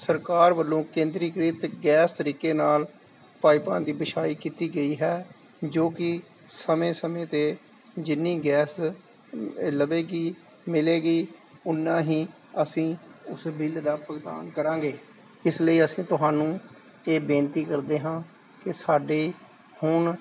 ਸਰਕਾਰ ਵੱਲੋਂ ਕੇਂਦਰੀਕ੍ਰਿਤ ਗੈਸ ਤਰੀਕੇ ਨਾਲ ਪਾਈਪਾਂ ਦੀ ਵਿਸ਼ਾਈ ਕੀਤੀ ਗਈ ਹੈ ਜੋ ਕਿ ਸਮੇਂ ਸਮੇਂ 'ਤੇ ਜਿੰਨੀ ਗੈਸ ਲਵੇਗੀ ਮਿਲੇਗੀ ਉਨਾ ਹੀ ਅਸੀਂ ਉਸ ਬਿੱਲ ਦਾ ਭੁਗਤਾਨ ਕਰਾਂਗੇ ਇਸ ਲਈ ਅਸੀਂ ਤੁਹਾਨੂੰ ਇਹ ਬੇਨਤੀ ਕਰਦੇ ਹਾਂ ਕਿ ਸਾਡੇ ਹੁਣ